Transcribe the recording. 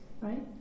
right